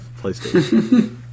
PlayStation